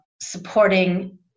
supporting